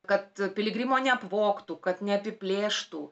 kad piligrimo neapvogtų kad neapiplėštų